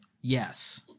Yes